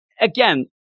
again